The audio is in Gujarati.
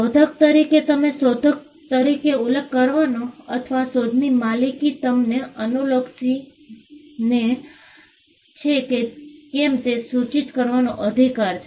શોધક તરીકે તમને શોધક તરીકે ઉલ્લેખ કરવાનો તથા શોધની માલિકી તમને અનુલક્ષીને છે કે કેમ તે સૂચિત કરવાનો અધિકાર છે